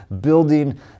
building